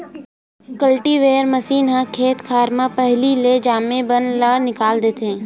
cultivator machine ह खेत खार म पहिली ले जामे बन ल निकाल देथे